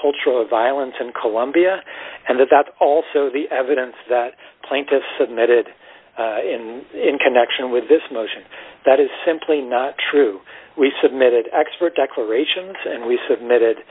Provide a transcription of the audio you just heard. cultural of violence in colombia and that that's also the evidence that plaintiffs submitted and in connection with this motion that is simply not true we submitted expert declarations and we submitted